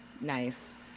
Nice